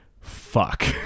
fuck